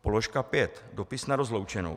Položka 5 dopis na rozloučenou.